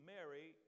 Mary